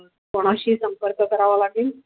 कोणाशी संपर्क करावा लागेल